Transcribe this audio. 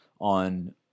on